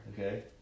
Okay